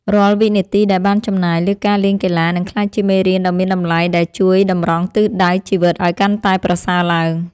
រាល់វិនាទីដែលបានចំណាយលើការលេងកីឡានឹងក្លាយជាមេរៀនដ៏មានតម្លៃដែលជួយតម្រង់ទិសដៅជីវិតឱ្យកាន់តែប្រសើរឡើង។